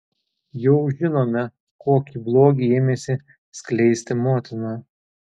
jau žinome kokį blogį ėmėsi skleisti motina